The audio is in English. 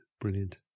Brilliant